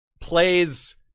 Plays